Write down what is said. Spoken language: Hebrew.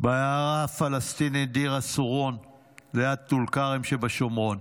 בעיירה הפלסטינית דיר א-רוסון ליד טול כרם שבשומרון,